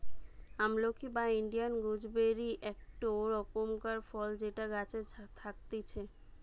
আমলকি বা Indian gooseberry একটো রকমকার ফল যেটা গাছে থাকতিছে